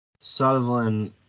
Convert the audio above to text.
Sutherland